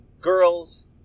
girls